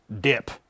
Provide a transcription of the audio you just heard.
dip